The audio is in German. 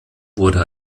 wurde